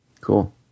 Cool